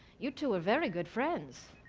you two were very good friends.